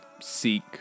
seek